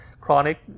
chronic